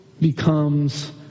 becomes